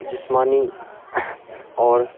جسمانی اور